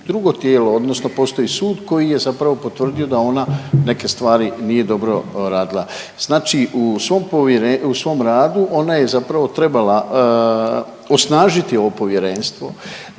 drugo tijelo odnosno postoji sud koji je zapravo potvrdio da ona neke stvari nije dobro radila. Znači u svom radu ona je zapravo trebala osnažiti ovo povjerenstvo,